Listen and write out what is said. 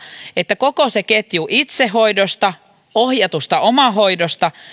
että koko se ketju itsehoidosta ohjatusta omahoidosta